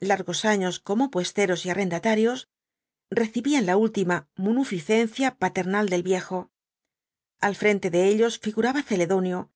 largos años como puesteros y arrendatarios recibían la última munuficencia paternal del viejo al frente dé ellos figuraba celedonio